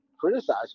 criticize